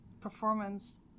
performance